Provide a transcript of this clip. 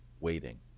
waiting